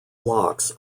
locks